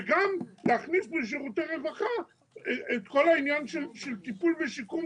וגם להכניס בשירותי רווחה את כל העניין של טיפול ושיקום,